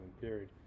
period